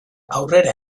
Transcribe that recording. aurrera